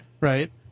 right